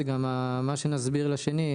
הצעת תקנות הטלגרף האלחוטי (רישיונות,